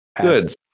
Good